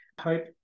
hope